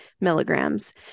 milligrams